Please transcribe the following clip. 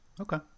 okay